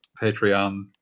Patreon